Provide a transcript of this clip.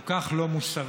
כל כך לא מוסרית.